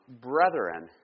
Brethren